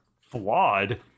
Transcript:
flawed